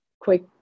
quick